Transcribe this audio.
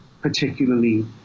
particularly